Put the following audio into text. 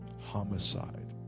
Homicide